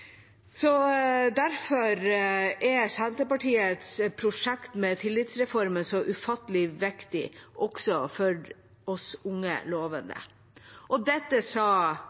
Derfor er Senterpartiets prosjekt med tillitsreformen så ufattelig viktig, også for oss unge lovende. Dette sa